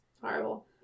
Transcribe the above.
horrible